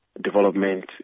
development